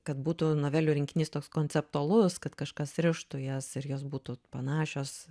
kad būtų novelių rinkinys toks konceptualus kad kažkas rištų jas ir jos būtų panašios